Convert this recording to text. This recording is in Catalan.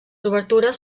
obertures